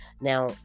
Now